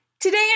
Today